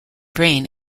brain